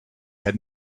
had